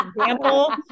example